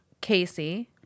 Casey